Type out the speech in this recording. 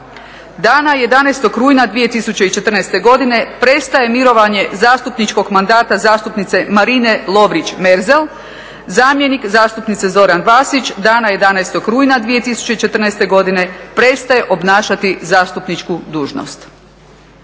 Dana 11. rujna 2014. godine prestaje mirovanje zastupničkog mandata zastupnice Marine Lovrić-Merzel. Zamjenik zastupnice Zoran Vasić dana 11. rujna 2014. godine prestaje obnašati zastupničku dužnost.